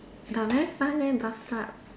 but very fun leh bathtub